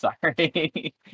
Sorry